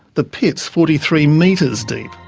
the pit's forty three metres deep.